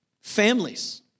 families